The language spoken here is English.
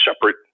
separate